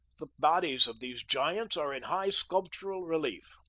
the bodies of these giants are in high sculptural relief.